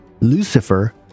Lucifer